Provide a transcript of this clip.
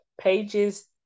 pages